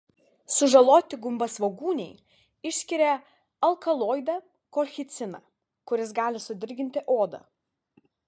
sužaloti gumbasvogūniai išskiria alkaloidą kolchiciną kuris gali sudirginti odą